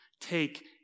Take